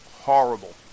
Horrible